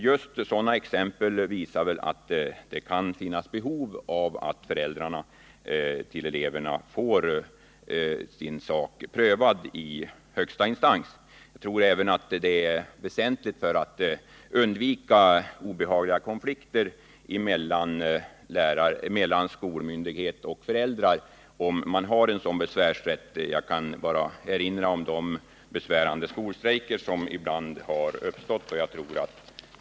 Just sådana exempel visar att det kan finnas behov av att elevernas föräldrar får sin sak prövad i högsta instans. Jag tror även det är väsentligt att ha en sådan besvärsrätt för att undvika obehagliga konflikter mellan skolmyndighet och föräldrar. Jag kan bara erinra om de skolstrejker som föräldrar ibland har tillgripit.